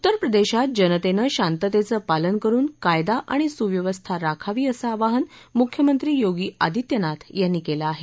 उत्तरप्रदेशात जनतेनं शांततेचं पालन करुन कायदा आणि सुव्यवस्था राखावी असं आवाहन मुख्यमंत्री योगी आदित्यनाथ यांनी केलं आहे